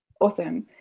Awesome